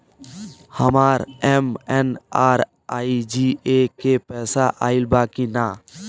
हमार एम.एन.आर.ई.जी.ए के पैसा आइल बा कि ना?